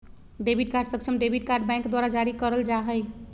debit card सक्षम debit card bank द्वारा जारी करल जा हइ